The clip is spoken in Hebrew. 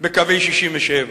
בקווי 1967,